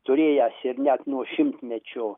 turėjęs ir net nuo šimtmečio